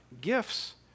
gifts